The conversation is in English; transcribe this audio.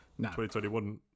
2021